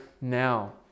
now